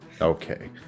Okay